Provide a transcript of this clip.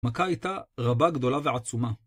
מכה איתה רבה גדולה ועצומה.